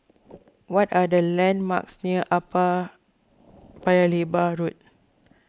what are the landmarks near Upper Paya Lebar Road